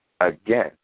Again